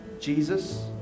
Jesus